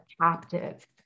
captive